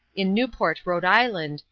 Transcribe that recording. in newport, rhode island,